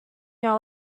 your